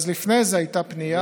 אז לפני זה הייתה פנייה.